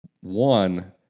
one